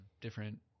different